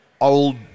old